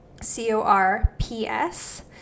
C-O-R-P-S